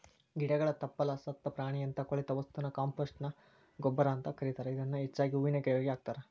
ಗಿಡಗಳ ತಪ್ಪಲ, ಸತ್ತ ಪ್ರಾಣಿಯಂತ ಕೊಳೆತ ವಸ್ತುನ ಕಾಂಪೋಸ್ಟ್ ಗೊಬ್ಬರ ಅಂತ ಕರೇತಾರ, ಇದನ್ನ ಹೆಚ್ಚಾಗಿ ಹೂವಿನ ಗಿಡಗಳಿಗೆ ಹಾಕ್ತಾರ